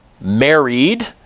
married